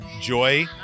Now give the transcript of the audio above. joy